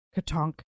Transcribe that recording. Katonk